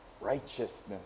righteousness